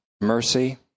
mercy